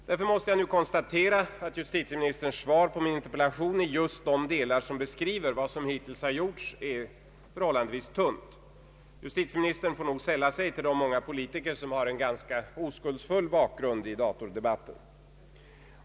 Därför måste jag nu konstatera, att justitieministerns svar på min interpellation, i just de delar som beskriver vad som hittills gjorts, är förhållandevis tunt. Justitieministern får nog sälla sig till de många politiker som har en ganska oskuldsfull bakgrund i datadebatten.